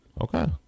Okay